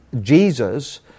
Jesus